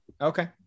okay